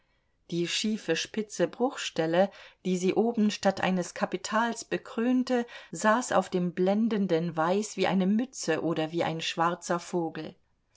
die schiefe spitze bruchstelle die sie oben statt eines kapitals bekrönte saß auf dem blendenden weiß wie eine mütze oder wie ein schwarzer vogel